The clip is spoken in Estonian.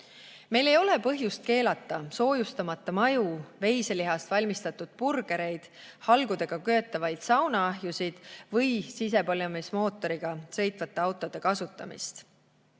Meil ei ole põhjust keelata soojustamata maju, veiselihast valmistatavaid burgereid, halgudega köetavaid saunaahjusid või sisepõlemismootoriga sõitvate autode kasutamist.